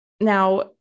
now